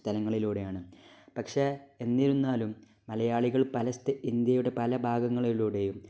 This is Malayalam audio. സ്ഥലങ്ങളിലൂടെയാണ് പക്ഷേ എന്നിരുന്നാലും മലയാളികൾ പല ഇന്ത്യയുടെ പല ഭാഗങ്ങളിലൂടെയും